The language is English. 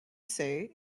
say